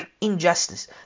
injustice